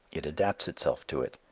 it adapts itself to it.